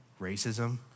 racism